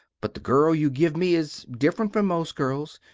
but the girl you give me is diferent from most girls,